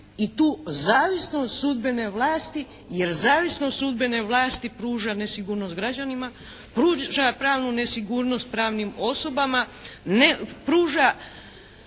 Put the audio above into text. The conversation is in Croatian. i tu zavisnost sudbene vlasti jer zavisnost sudbene vlasti pruža nesigurnost građanima, pruža pravnu nesigurnost pravnim osobama, pruža